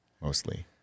mostly